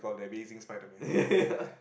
yeah